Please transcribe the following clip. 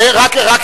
אדוני היושב-ראש,